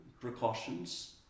precautions